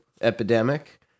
epidemic